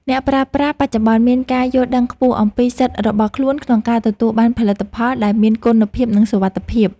អ្នកប្រើប្រាស់បច្ចុប្បន្នមានការយល់ដឹងខ្ពស់អំពីសិទ្ធិរបស់ខ្លួនក្នុងការទទួលបានផលិតផលដែលមានគុណភាពនិងសុវត្ថិភាព។